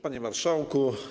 Panie Marszałku!